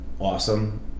awesome